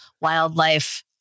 wildlife